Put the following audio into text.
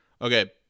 okay